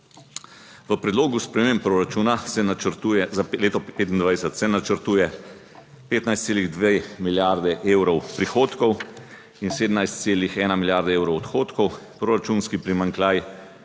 V predlogu sprememb proračuna se načrtuje, za leto 2025, se načrtuje 15,2 milijardi evrov prihodkov in 17,1 milijarde evrov odhodkov. Proračunski primanjkljaj